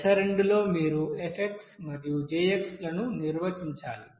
దశ 2 లో మీరు F మరియు J లను నిర్వచించాలి